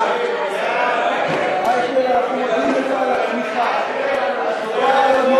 ההצעה להעביר את הצעת חוק לשינוי סדרי עדיפויות